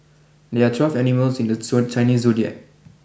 there are twelve animals in the Chinese Zodiac